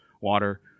water